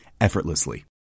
effortlessly